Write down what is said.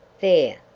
there,